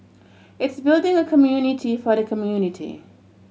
it's building a community for the community